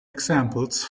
examples